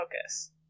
focus